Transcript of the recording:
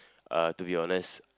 uh to be honest